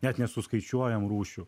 net nesuskaičiuojam rūšių